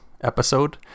episode